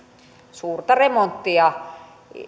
suurta remonttia